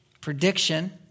prediction